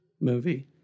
movie